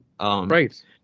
Right